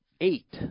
eight